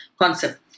concept